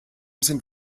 sind